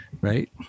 right